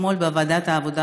אתמול בוועדת העבודה,